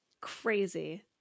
Crazy